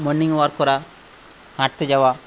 morning walk করা হাঁটতে যাওয়া